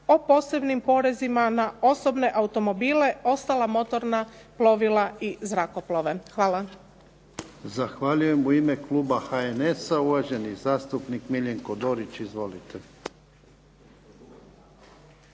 o posebnim porezima na osobne automobile, ostala motorna plovila i zrakoplove. Hvala. **Jarnjak, Ivan (HDZ)** Zahvaljujem. U ime kluba HNS-a, uvaženi zastupnik Miljenko Dorić. Izvolite.